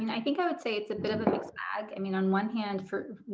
and i think i would say it's a bit of a mixed bag. i mean, on one hand for,